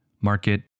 market